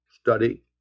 study